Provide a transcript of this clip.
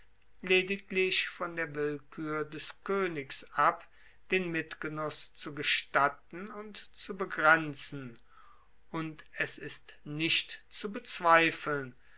lediglich von der willkuer des koenigs ab den mitgenuss zu gestatten und zu begrenzen und es ist nicht zu bezweifeln